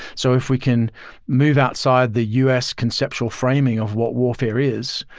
so if we can move outside the u s. conceptual framing of what warfare is,